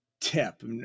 tip